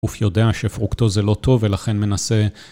אוף יודע שפרוקטו זה לא טוב ולכן מנסה...